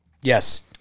Yes